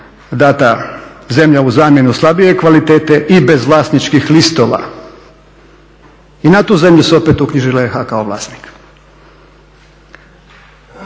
data zemlja u zamjenu slabije kvalitete i bez vlasničkih listova. I na tu zemlju su opet uknjižile RH kao vlasnika.